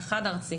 כן.